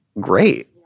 great